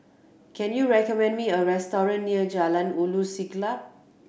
can you recommend me a restaurant near Jalan Ulu Siglap